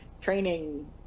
training